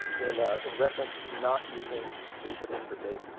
in in reference to not using midshipman for bait.